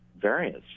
variants